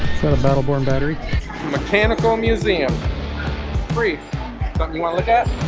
battleborn battery mechanical museum free look at